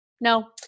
no